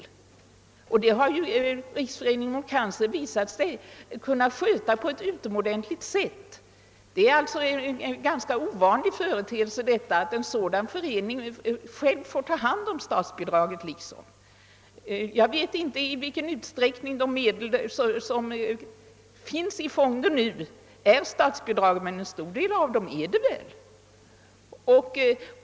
Det har visat sig att Riksföreningen kan sköta detta på ett utomordentligt sätt. Det är alltså en ganska ovanlig företeelse att en sådan förening själv får ta hand om statsbidraget. Jag vet inte i vilken utsträckning de medel som nu finns i fonder är statsbidrag, men en stor del är det väl.